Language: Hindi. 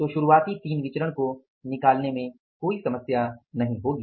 तो शुरुआती 3 विचरण को निकालने में कोई समस्या नहीं होगी